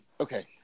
Okay